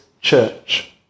church